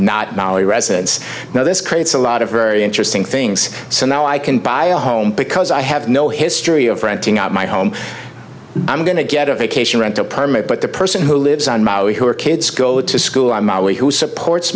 molly residents now this creates a lot of very interesting things so now i can buy a home because i have no history of renting out my home i'm going to get a vacation rental permit but the person who lives on maui her kids go to school i'm ali who supports